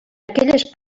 aquelles